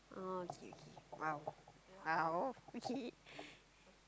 oh okay okay !wow! !wow! okay